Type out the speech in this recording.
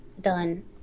done